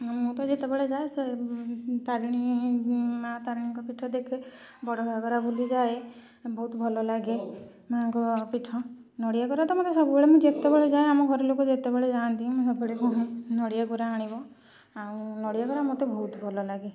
ମୁଁ ତ ଯେତେବେଳେ ଯାଏ ସେ ତାରିଣୀ ମାଁ ତାରିଣୀଙ୍କ ପୀଠ ଦେଖେ ବଡ଼ ଘାଗରା ଯାଏ ବହୁତ ଭଲ ଲାଗେ ମାଁଙ୍କ ପୀଠ ନଡ଼ିଆ କୋରା ତ ମୋତେ ସବୁବେଳେ ମୁଁ ଯେତେବେଳେ ଯାଏ ଆମ ଘର ଲୋକ ଯେତେବେଳେ ଯାଆନ୍ତି ମୁଁ କୁହେ ନଡ଼ିଆ କୋରା ଆଣିବ ଆଉ ନଡ଼ିଆ କୋରା ମୋତେ ବହୁତ ଭଲ ଲାଗେ